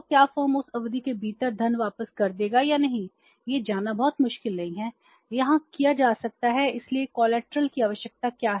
तो क्या फॉर्म उस अवधि के भीतर धन वापस कर देगा या नहीं यह जानना बहुत मुश्किल नहीं है यह किया जा सकता है इसलिए कोलेटरल की आवश्यकता क्यों है